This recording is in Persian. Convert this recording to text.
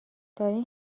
دارین